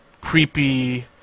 creepy